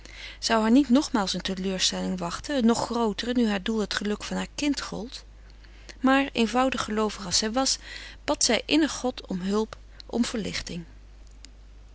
zou haar niet nogmaals eene teleurstelling wachten eene nog grootere nu heur doel het geluk van haar kind gold maar eenvoudig geloovig als zij was bad zij innig god om hulp om verlichting